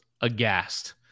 aghast